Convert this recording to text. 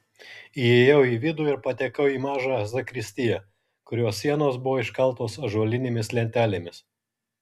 įėjau į vidų ir patekau į mažą zakristiją kurios sienos buvo iškaltos ąžuolinėmis lentelėmis